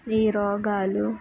ఈ రోగాలు